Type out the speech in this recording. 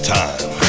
time